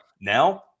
Now